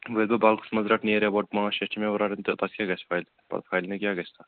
مےٚ دوٚپ باغس منٛز رٹہٕ نیرِ گۅڈٕ پانٛژ شےٚ چھِ مےٚ رٹٕنۍ تہٕ تتھ کیٛاہ گَژھِ فاینَل فانیلی کیٛاہ گَژھِ تَتھ